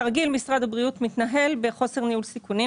כרגיל, משרד הבריאות מתנהל בחוסר ניהול סיכונים.